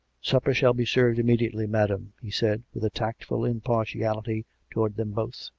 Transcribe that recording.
supper shall be served immediately, madam, he said, with a tactful impartiality towards them both.